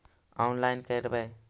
Online करवे?